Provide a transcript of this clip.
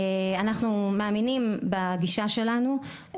אנחנו מאמינים בגישה שלנו,